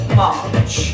march